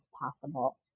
possible